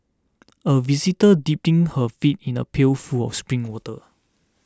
a visitor dipping her feet in a pail full of spring water